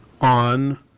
on